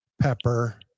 pepper